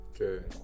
Okay